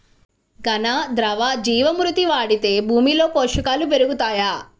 ఘన, ద్రవ జీవా మృతి వాడితే భూమిలో పోషకాలు పెరుగుతాయా?